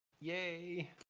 yay